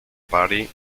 party